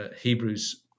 Hebrews